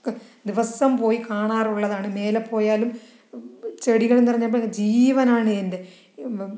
ഒക്കെ ദിവസവും പോയി കാണാറുള്ളതാണ് മേലെ പോയാലും ചെടികൾന്ന് പറഞ്ഞാൽ ജീവനാണ് എൻ്റെ